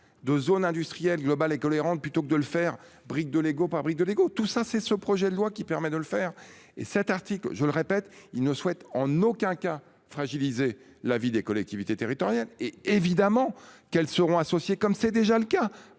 de zone industrielle globale et cohérente. Plutôt que de le faire briques de Lego par brique de Lego, tout ça c'est ce projet de loi qui permet de le faire et cet article, je le répète, il ne souhaite en aucun cas fragilisé la vie des collectivités territoriales et évidemment qu'seront associés comme c'est déjà le cas